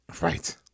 Right